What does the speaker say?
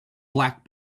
black